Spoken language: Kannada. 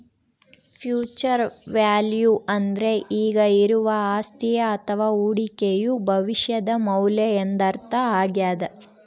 ಫ್ಯೂಚರ್ ವ್ಯಾಲ್ಯೂ ಅಂದ್ರೆ ಈಗ ಇರುವ ಅಸ್ತಿಯ ಅಥವ ಹೂಡಿಕೆಯು ಭವಿಷ್ಯದ ಮೌಲ್ಯ ಎಂದರ್ಥ ಆಗ್ಯಾದ